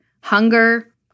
hunger